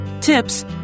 tips